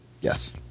Yes